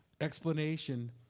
explanation